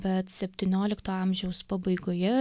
bet septyniolikto amžiaus pabaigoje